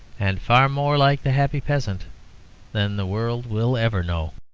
and far more like the happy peasant than the world will ever know.